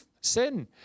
sin